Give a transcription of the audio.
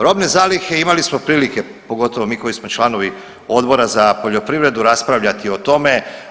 Robne zalihe imali smo prilike, pogotovo mi koji smo članovi Odbora za poljoprivredu, raspravljati o tome.